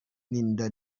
n’inda